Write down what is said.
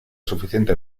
suficiente